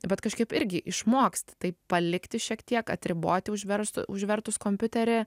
bet kažkaip irgi išmoksti taip palikti šiek tiek atriboti užvers užvertus kompiuterį